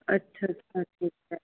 ਅੱਛਾ ਅੱਛਾ ਠੀਕ ਹੈ